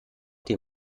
dir